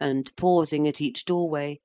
and, pausing at each doorway,